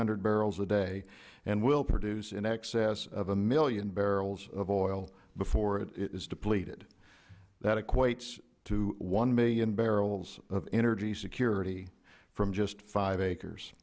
hundred barrels a day and will produce in excess of a million barrels of oil before it is depleted that equates to one million barrels of energy security from just five acres